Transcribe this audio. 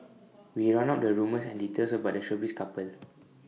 we round up the rumours and details about the showbiz couple